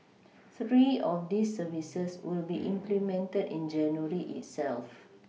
three of these services will be implemented in January itself